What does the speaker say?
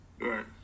Right